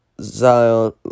Zion